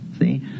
See